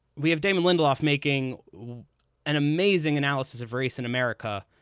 we have damon lindelof making an amazing analysis of race in america.